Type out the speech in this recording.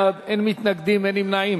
16 בעד, אין מתנגדים, אין נמנעים.